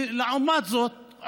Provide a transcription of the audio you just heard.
לעומת זאת,